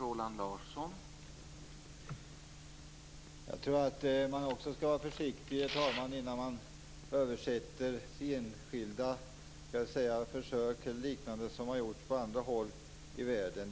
Herr talman! Jag tror att man skall vara försiktig innan man överför enskilda försök eller liknande som har gjorts på andra håll i världen.